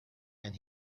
and